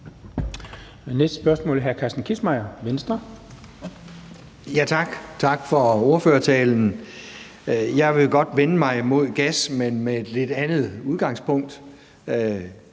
Venstre. Kl. 12:13 Carsten Kissmeyer (V): Tak. Og tak for ordførertalen. Jeg vil godt vende mig imod gas, men med et lidt andet udgangspunkt.